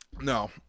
no